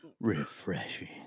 Refreshing